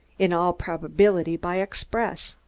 in all probability, by express.